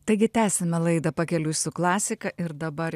taigi tęsiame laidą pakeliui su klasika ir dabar